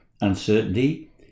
uncertainty